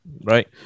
right